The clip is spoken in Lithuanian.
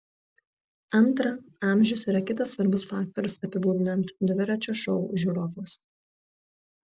antra amžius yra kitas svarbus faktorius apibūdinant dviračio šou žiūrovus